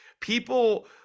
people